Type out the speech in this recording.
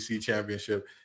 championship